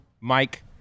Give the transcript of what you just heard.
Mike